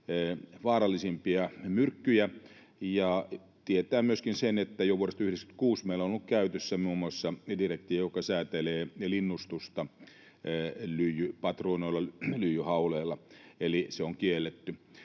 vaarallisimpia myrkkyjä, ja tietäen myöskin sen, että jo vuodesta 96 meillä on ollut käytössä muun muassa direktiivi, joka säätelee linnustusta lyijypatruunoilla ja lyijyhauleilla, eli se on kielletty.